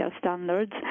standards